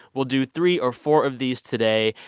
we'll do three or four of these today.